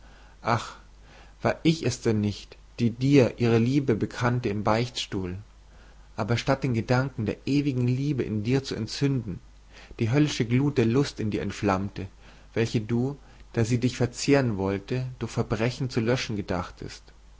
ach war ich es denn nicht die dir ihre liebe bekannte im beichtstuhl aber statt den gedanken der ewigen liebe in dir zu entzünden die höllische glut der lust in dir entflammte welche du da sie dich verzehren wollte durch verbrechen zu löschen gedachtest